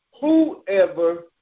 whoever